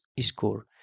Score